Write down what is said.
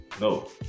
No